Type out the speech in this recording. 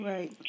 Right